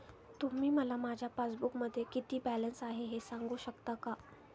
तुम्ही मला माझ्या पासबूकमध्ये किती बॅलन्स आहे हे सांगू शकता का?